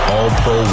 All-Pro